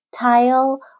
tile